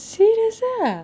serious ah